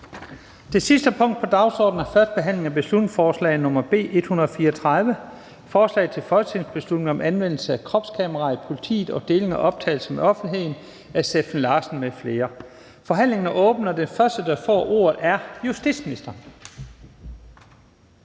Det næste punkt på dagsordenen er: 6) 1. behandling af beslutningsforslag nr. B 134: Forslag til folketingsbeslutning om anvendelse af kropskameraer i politiet og deling af optagelser med offentligheden. Af Steffen Larsen (LA) m.fl. (Fremsættelse 29.02.2024). Kl. 15:01 Forhandling Første næstformand